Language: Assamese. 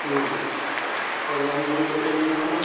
তই লম বুলি কৈছিলি নহয়